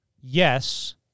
Yes